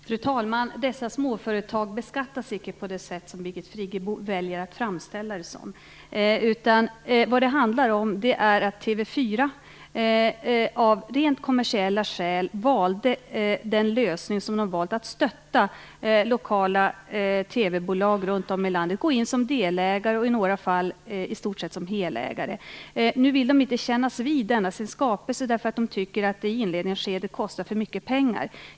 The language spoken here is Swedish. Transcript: Fru talman! Dessa småföretag beskattas icke på det sätt som Birgit Friggebo väljer att framställa det. Vad det handlar om är att TV 4 av rent kommersiella skäl valde att stödja en lösning med lokala TV-bolag runt om i landet genom att gå in som delägare och i några fall i stort sett som helägare. Nu vill man inte kännas vid denna sin skapelse, eftersom man tycker att den i inledningskedet kostat för mycket pengar.